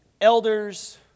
elders